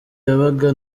yabaga